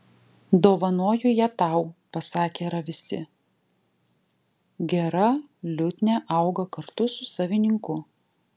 dovanoju ją tau pasakė ravisi gera liutnia auga kartu su savininku